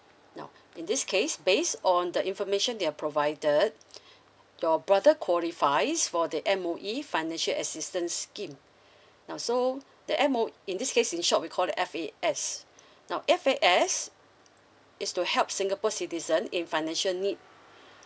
now in this case based on the information they've provided your brother qualifies for the M_O_E financial assistance scheme now so the M O in this case in short we call the F A S now F A S is to help singapore citizen in financial need